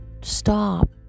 stop